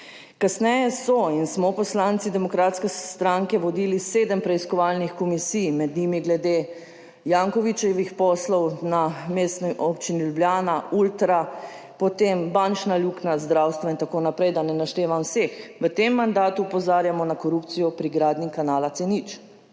Kasneje so in smo poslanci Demokratske stranke vodili 7 preiskovalnih komisij, med njimi glede Jankovićevih poslov na Mestni občini Ljubljana, Ultra, potem bančna luknja, zdravstva in tako naprej, da ne naštevam vseh, v tem mandatu opozarjamo na korupcijo pri gradnji kanala C0.